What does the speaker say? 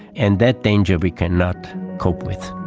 and that danger we cannot cope with.